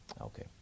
Okay